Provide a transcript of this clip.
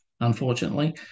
unfortunately